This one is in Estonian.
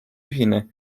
ühine